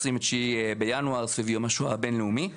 יום השואה הבין-לאומי,